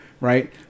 right